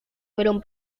fueron